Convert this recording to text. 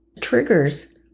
Triggers